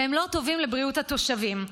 והם לא טובים לבריאות התושבים.